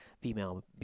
female